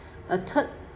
a third